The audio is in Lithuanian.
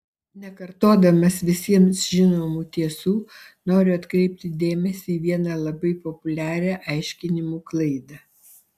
nekartodamas visiems žinomų tiesų noriu atkreipti dėmesį į vieną labai populiarią aiškinimų klaidą